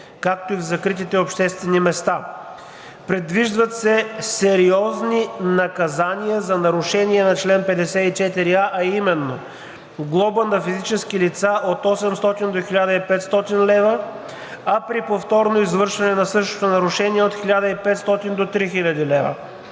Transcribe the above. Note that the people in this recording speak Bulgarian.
както и в закритите обществени места. Предвиждат се сериозни наказания за нарушения на чл. 54а, а именно: глоба на физически лица от 800 до 1500 лв., а при повторно извършване на същото нарушение – от 1500 до 3000 лв.